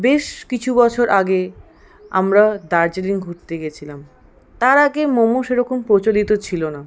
বেশ কিছু বছর আগে আমরা দার্জিলিং ঘুরতে গেছিলাম তার আগে মোমো সেরকম প্রচলিত ছিলো না